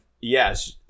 yes